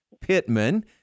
Pittman